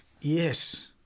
Yes